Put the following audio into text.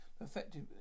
effective